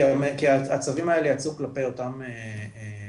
כי הצווים האלה יצאו כלפי אותם אנשים.